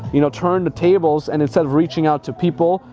you know turn the tables, and instead of reaching out to people,